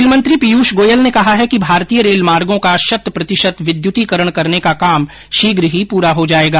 रेलमंत्री पीयूष गोयल ने कहा है कि भारतीय रेलमार्गों का शत प्रतिशत विद्य्तीकरण करने का काम शीघ्र ही पूरा हो जाएगा